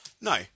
No